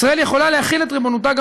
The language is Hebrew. ישראל יכולה להחיל את ריבונותה גם